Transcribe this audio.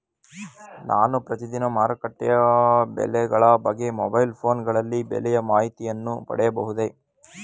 ನಾನು ಪ್ರತಿದಿನ ಮಾರುಕಟ್ಟೆಯ ಬೆಲೆಗಳ ಬಗ್ಗೆ ಮೊಬೈಲ್ ಫೋನ್ ಗಳಲ್ಲಿ ಬೆಲೆಯ ಮಾಹಿತಿಯನ್ನು ಪಡೆಯಬಹುದೇ?